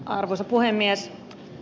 arvoisa puhemies